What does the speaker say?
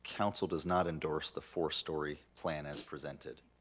council does not endorse the four story plan as presented,